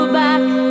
back